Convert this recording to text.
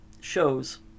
shows